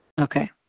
Okay